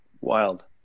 wild